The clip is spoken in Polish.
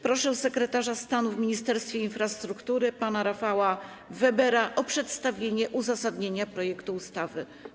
Proszę sekretarza stanu w Ministerstwie Infrastruktury pana Rafała Webera o przedstawienie uzasadnienia projektu ustawy.